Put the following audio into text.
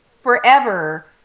forever